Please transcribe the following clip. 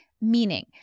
Meaning